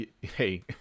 hey